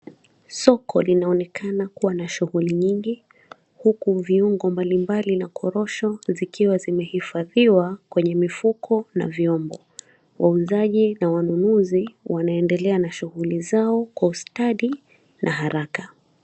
Soko linaonekana kuwa na shughuli nyingi huku viungo mbalimbali na korosho zikiwa zimehifadhiwa kwenye mifuko na vyombo. Wauzaji na wanunuzi wanaendelea na shughuli zao kwa ustadi na haraka.